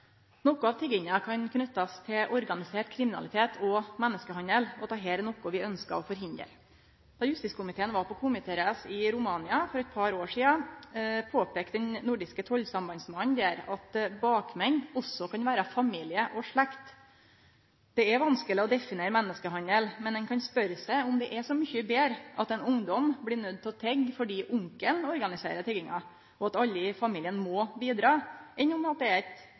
Noko av tigginga kan knytast til organisert kriminalitet og menneskehandel. Det er noko vi ønskjer å forhindre. Da justiskomiteen var på komitéreise i Romania for eit par år sidan, påpeikte den nordiske tollsambandsmannen der at bakmenn også kan vere familie og slekt. Det er vanskeleg å definere menneskehandel, men ein kan spørje seg om det er så mykje betre at ein ungdom blir nøydd til å tigge fordi onkelen organiserer tigginga, og at alle i familien må bidra, enn om det er eit